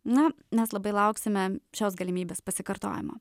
na mes labai lauksime šios galimybės pasikartojimo